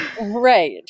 Right